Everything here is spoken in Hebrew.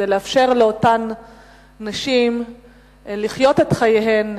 כדי לאפשר לאותן נשים לחיות את חייהן